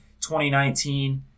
2019